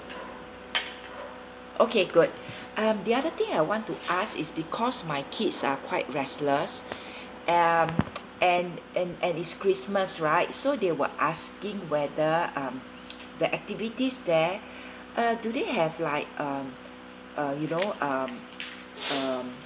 okay good um the other thing I want to ask is because my kids are quite restless and and and and it is christmas right so they were asking whether um the activities there uh do they have like um uh you know um um